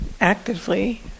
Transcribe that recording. actively